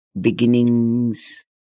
beginnings